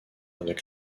avec